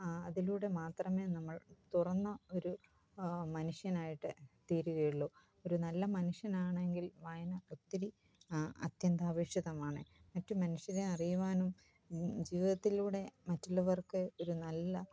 അതിലൂടെ മാത്രമേ നമ്മൾ തുറന്ന ഒരു മനുഷ്യനായിട്ട് തീരുകയുളളൂ ഒരു നല്ല മനുഷ്യനാണെങ്കിൽ വായന ഒത്തിരി അത്യന്താപേക്ഷിതമാണ് മറ്റ് മനുഷ്യരെ അറിയുവാനും ജീവിതത്തിലൂടെ മറ്റുള്ളവർക്ക് ഒരു നല്ല